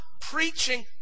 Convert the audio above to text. preaching